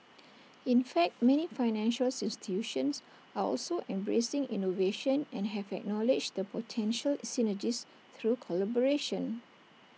in fact many financial institutions are also embracing innovation and have acknowledged the potential synergies through collaboration